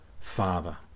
Father